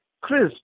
Chris